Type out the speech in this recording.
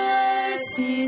Mercy